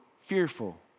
fearful